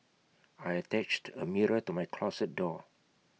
I attached A mirror to my closet door